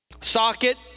socket